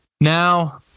Now